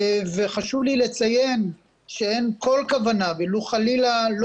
וחשוב לי לציין שאין כל כוונה חלילה,